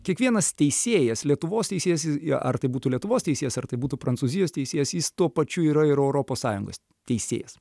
kiekvienas teisėjas lietuvos teisėjas į ar tai būtų lietuvos teisėjas ar tai būtų prancūzijos teisėjas jis tuo pačiu yra ir europos sąjungos teisėjas